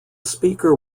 speaker